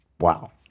Wow